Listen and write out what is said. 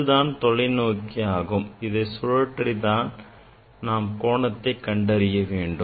இதுதான் தொலைநோக்கி ஆகும் இதை சுழற்றி தான் நாம் கோணத்தை கண்டறிய வேண்டும்